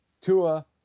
Tua